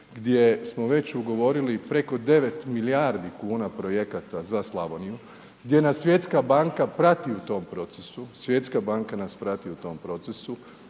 gdje smo već ugovorili preko 9 milijardi kuna projekata za Slavoniju, gdje nas Svjetska banka prati u tom procesu, Svjetska banka nas prati u tom procesu,